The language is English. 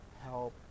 help